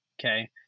Okay